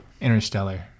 Interstellar